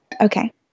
okay